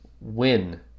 win